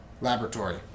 Laboratory